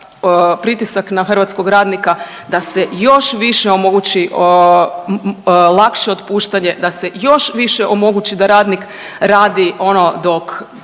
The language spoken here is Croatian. pritisak na hrvatskog radnika, da se još više omogući lakše otpuštanje, da se još više omogući da radnik radi ono dok